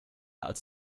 als